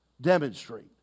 demonstrate